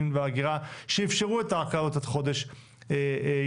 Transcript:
וההגירה שאפשרו את ההקלות עד חודש ינואר,